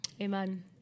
Amen